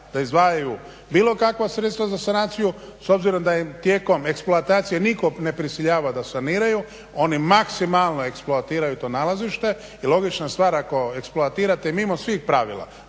da izdvajaju bilo kakva sredstva za sanaciju, s obzirom da im tijekom eksploatacije nikog ne prisiljava da saniraju, oni maksimalno eksploatiraju to nalazište i logična stvar ako eksploatirate mimo svih pravila,